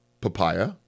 papaya